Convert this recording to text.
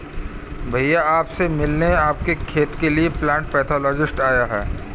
भैया आप से मिलने आपके खेत के लिए प्लांट पैथोलॉजिस्ट आया है